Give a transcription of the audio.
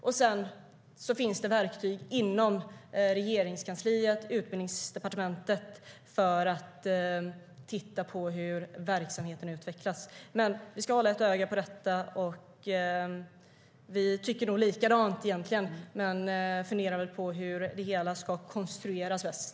Det finns verktyg inom Regeringskansliet och Utbildningsdepartementet för att titta på hur verksamheten utvecklas. Vi ska hålla ett öga på detta. Vi tycker nog egentligen likadant, men vi funderar på hur det hela ska konstrueras bäst.